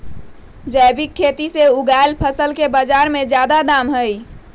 जैविक खेती से उगायल फसल के बाजार में जादे दाम हई